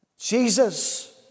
Jesus